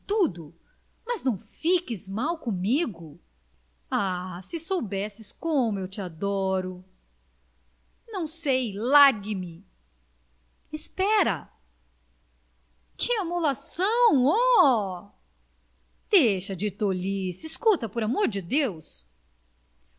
tudo mas não fiques mel comigo ah se soubesse como eu te adoro não sei largue-me espera que amolação oh deixa de tolice escuta por amor de deus